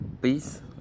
please